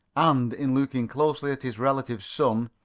and, in looking closely at his relative's son,